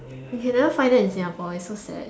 you can never find that in Singapore it's so sad